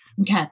Okay